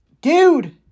dude